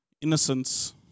innocence